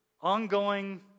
Ongoing